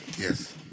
Yes